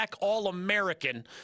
All-American